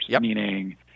Meaning